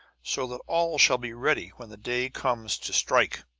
so that all shall be ready when the day comes to strike!